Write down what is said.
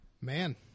Man